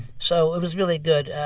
so it was really good.